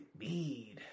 need